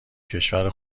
کشور